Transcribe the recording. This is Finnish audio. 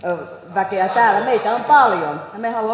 väkeä täällä meitä on paljon ja me